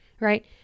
right